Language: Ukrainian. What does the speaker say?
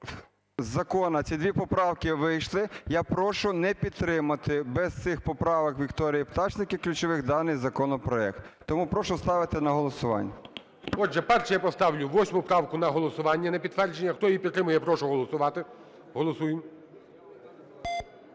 з закону ці дві поправки вийшли, я прошу не підтримати, без цих поправок Вікторії Пташник як ключових, даний законопроект. Тому прошу ставити на голосування. ГОЛОВУЮЧИЙ. Отже, перше я поставлю 8-му правку на голосування, на підтвердження. Хто її підтримує прошу голосувати. Голосуємо.